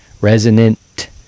resonant